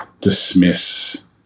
dismiss